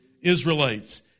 Israelites